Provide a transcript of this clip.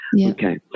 Okay